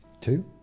two